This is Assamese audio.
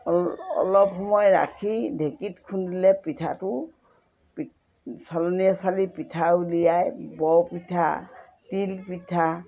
অলপ সময় ৰাখি ঢেঁকীত খুন্দিলে পিঠাটো চালনীৰে চালি পিঠা উলিয়াই বৰ পিঠা তিল পিঠা